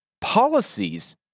policies